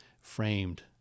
framed